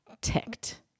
ticked